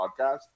podcast